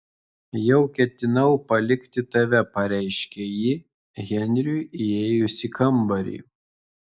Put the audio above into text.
jau ketinau palikti tave pareiškė ji henriui įėjus į kambarį